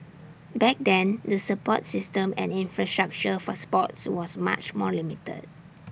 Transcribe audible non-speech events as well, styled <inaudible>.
back then the support system and infrastructure for sports was much more limited <noise>